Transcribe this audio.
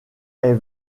est